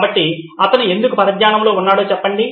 కాబట్టి అతను ఎందుకు పరధ్యానంలో ఉన్నాడో చెప్పండి